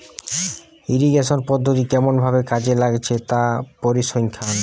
irrigation পদ্ধতি কেমন ভাবে কাজে লাগছে তার পরিসংখ্যান